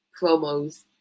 promos